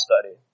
study